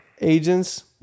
agents